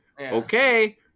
okay